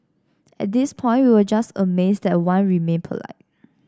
at this point we are just amazed that Wan remained polite